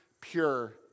pure